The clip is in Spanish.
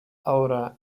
ahora